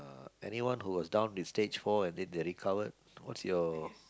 anyone who was down with stage four and then they recovered what's your